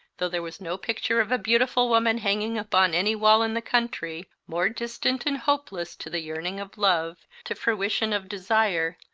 though there was no picture of a beautiful woman hang ing upon any wall in the country, more distant and hopeless to the yearning of love, to fruition of desire,